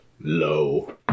Low